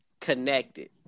connected